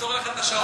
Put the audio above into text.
לעצור לכם את השעון?